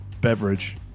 beverage